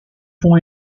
font